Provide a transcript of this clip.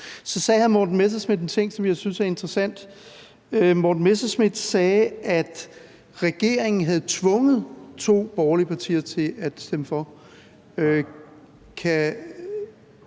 Så sagde hr. Morten Messerschmidt en ting, som jeg synes er interessant. Hr. Morten Messerschmidt sagde, at regeringen havde tvunget to borgerlige partier til at stemme for.